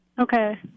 Okay